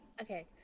Okay